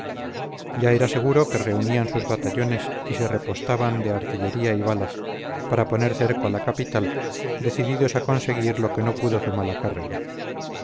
ya era seguro que reunían sus batallones y se repostaban de artillería y balas para poner cerco a la capital decididos a conseguir lo que no pudo zumalacárregui